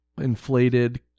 Inflated